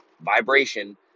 vibration